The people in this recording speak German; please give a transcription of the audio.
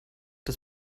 das